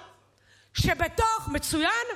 מצוין?